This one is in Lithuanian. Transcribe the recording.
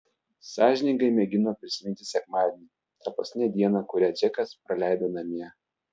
sąžiningai mėgino prisiminti sekmadienį tą paskutinę dieną kurią džekas praleido namie